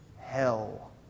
hell